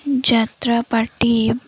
ଯାତ୍ରାପାର୍ଟି